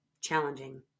challenging